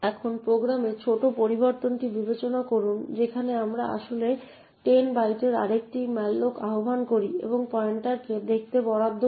এখন প্রোগ্রামের ছোট পরিবর্তনটি বিবেচনা করুন যেখানে আমরা আসলে 10 বাইটের আরেকটি ম্যালোক আহ্বান করি এবং পয়েন্টারকে দেখতে বরাদ্দ করি